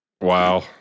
Wow